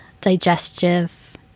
digestive